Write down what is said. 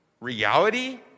reality